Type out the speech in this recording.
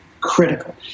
Critical